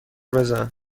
بزن